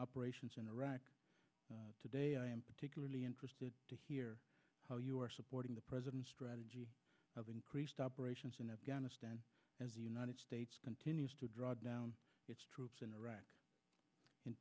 operations in iraq today i am particularly interested to hear how you are supporting the president's strategy of increased operations in afghanistan as the united states continues to draw down its troops in iraq in